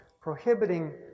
prohibiting